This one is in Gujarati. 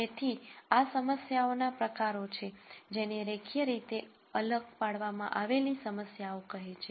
તેથી આ સમસ્યાઓના પ્રકારો છે જેને રેખીય રીતે અલગ પાડવામાં આવેલી સમસ્યાઓ કહે છે